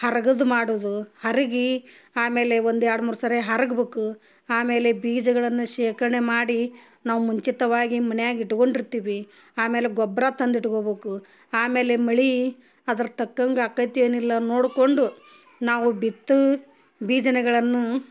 ಹರ್ಗದ್ ಮಾಡುದು ಹರ್ಗಿ ಆಮೇಲೆ ಒಂದು ಎರಡು ಮೂರು ಸರಿ ಹರ್ಗ್ಬೇಕು ಆಮೇಲೆ ಬೀಜಗಳನ್ನು ಶೇಖರಣೆ ಮಾಡಿ ನಾವು ಮುಂಚಿತವಾಗಿ ಮನ್ಯಾಗ ಇಟ್ಕೊಂಡಿರ್ತೀವಿ ಆಮೇಲೆ ಗೊಬ್ಬರ ತಂದು ಇಟ್ಕೊಬೇಕು ಆಮೇಲೆ ಮಳಿ ಅದರ ತಕ್ಕಂಗೆ ಆಕೈತಿ ಏನಿಲ್ಲ ನೋಡ್ಕೊಂಡು ನಾವು ಬಿತ್ತು ಬೀಜಗಳನ್ನು